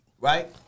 right